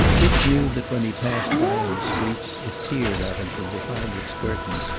dick knew that when he passed by on the streets it peered at him from behind its curtains,